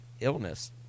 illness